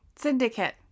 Syndicate